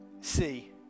see